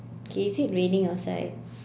okay is it raining outside